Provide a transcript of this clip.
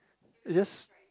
yes